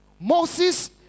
Moses